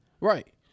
Right